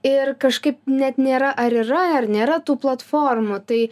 ir kažkaip net nėra ar yra ar nėra tų platformų tai